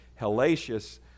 hellacious